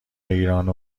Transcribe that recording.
ایرانه